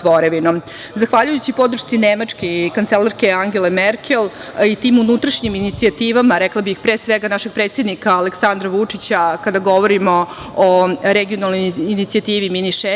tvorevinom. Zahvaljujući podršci Nemačke i kancelarke Angele Merkel i tim unutrašnjim inicijativama, rekla bih, pre svega našeg predsednika Aleksandra Vučića kada govorimo o regionalnoj inicijativi Mini šengen,